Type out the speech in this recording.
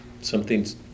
something's